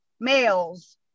males